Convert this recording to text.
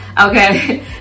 Okay